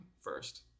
first